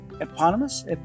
Eponymous